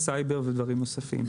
סייבר ודברים נוספים.